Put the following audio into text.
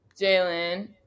Jalen